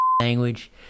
language